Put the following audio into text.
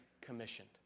commissioned